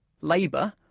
Labour